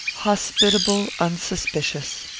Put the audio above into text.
hospitable, unsuspicious.